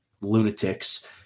lunatics